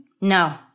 No